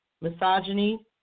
misogyny